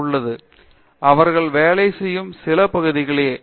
பேராசிரியர் பிரதாப் ஹரிதாஸ் அவர்கள் வேலை செய்யும் சில பகுதிகளே